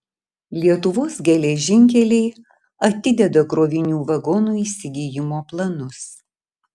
lietuvos geležinkeliai atideda krovinių vagonų įsigijimo planus